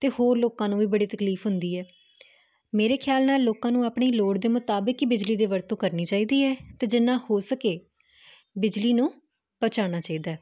ਤੇ ਹੋਰ ਲੋਕਾਂ ਨੂੰ ਵੀ ਬੜੀ ਤਕਲੀਫ ਹੁੰਦੀ ਹੈ ਮੇਰੇ ਖਿਆਲ ਨਾਲ ਲੋਕਾਂ ਨੂੰ ਆਪਣੀ ਲੋੜ ਦੇ ਮੁਤਾਬਿਕ ਹੀ ਬਿਜਲੀ ਦੀ ਵਰਤੋਂ ਕਰਨੀ ਚਾਹੀਦੀ ਹੈ ਤੇ ਜਿੰਨਾ ਹੋ ਸਕੇ ਬਿਜਲੀ ਨੂੰ ਬਚਾਣਾ ਚਾਹੀਦਾ